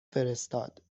فرستاد